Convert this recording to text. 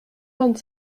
vingt